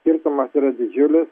skirtumas yra didžiulis